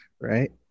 right